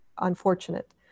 unfortunate